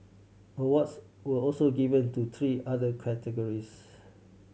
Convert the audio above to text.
awards were also given to three other categories